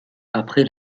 après